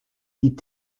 die